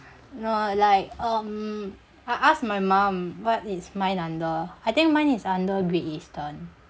no like um I asked my mom what is mine under I think mine is under great eastern